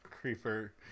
Creeper